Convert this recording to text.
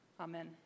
Amen